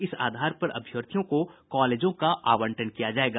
इस आधार पर अभ्यर्थियों को कॉलेजों का आवंटन किया जायेगा